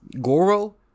Goro